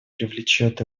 привлечет